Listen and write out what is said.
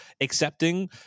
accepting